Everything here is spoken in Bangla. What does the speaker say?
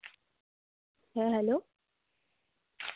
হ্যাঁ হ্যালো